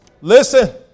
Listen